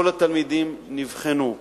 כל התלמידים נבחנו.